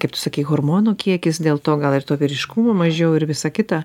kaip tu sakei hormonų kiekis dėl to gal ir to vyriškumo mažiau ir visa kita